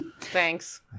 Thanks